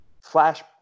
flash